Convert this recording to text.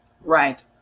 Right